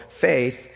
faith